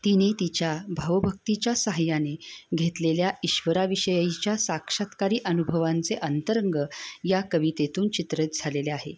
तिने तिच्या भावभक्तीच्या साहाय्याने घेतलेल्या ईश्वरा विषयीच्या साक्षात्कारी अनुभवांचे अंतरंग या कवितेतून चित्रित झालेले आहे